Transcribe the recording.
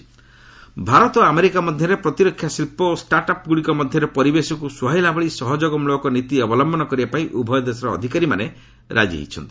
US India defence Bharat ଓ America ମଧ୍ୟରେ ପ୍ରତିରକ୍ଷା ଶିଳ୍ପ ଓ ଷ୍ଟାର୍ଟ ଅପ୍ଗୁଡ଼ିକ ମଧ୍ୟରେ ପରିବେଶକୁ ସୁହାଇଲା ଭଳି ସହଯୋଗମୂଳକ ନୀତି ଅବଲମ୍ଭନ କରିବାପାଇଁ ଉଭୟ ଦେଶର ଅଧିକାରୀମାନେ ରାଜି ହୋଇଛନ୍ତି